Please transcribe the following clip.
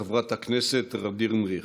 חברת הכנסת ע'דיר מריח.